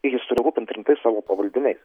jis turi rūpint rimtai savo pavaldiniais